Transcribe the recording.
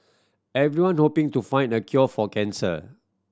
everyone hoping to find a cure for cancer